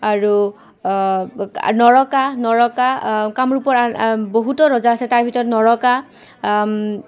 আৰু নৰকা নৰকা কামৰূপৰ বহুতো ৰজা আছে তাৰ ভিতৰত নৰকা